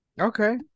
Okay